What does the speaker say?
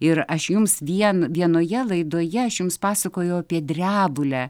ir aš jums vien vienoje laidoje aš jums pasakojau apie drebulę